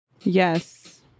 Yes